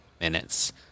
minutes